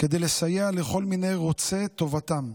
כדי לסייע לכל מיני, רוצי טובתם,